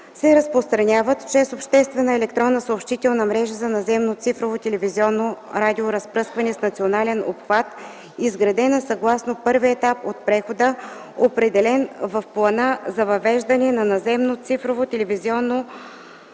се разпространяват чрез обществена електронна съобщителна мрежа за наземно цифрово телевизионно радиоразпръскване с национален обхват, изградена съгласно първия етап от прехода, определен в плана за въвеждане на наземно цифрово телевизионно радиоразпръскване